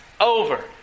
over